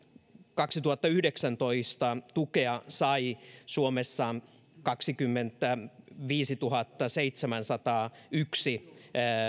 kaksituhattayhdeksäntoista tukea sai suomessa kaksikymmentäviisituhattaseitsemänsataayksi